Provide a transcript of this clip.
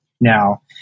now